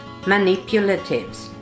manipulatives